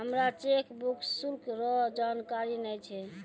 हमरा चेकबुक शुल्क रो जानकारी नै छै